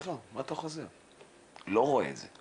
לא רואה את זה.